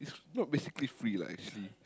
it's not basically free lah actually